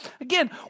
Again